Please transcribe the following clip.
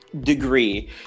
degree